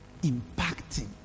impacting